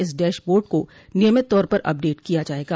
इस dashboard को नियमित तौर पर अपडेट किया जायेगा